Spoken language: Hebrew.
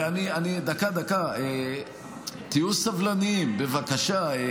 דקה, תהיו סבלניים, בבקשה.